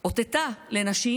אותתה לנשים: